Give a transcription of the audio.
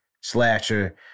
slasher